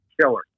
killer